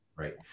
Right